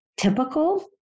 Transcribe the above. typical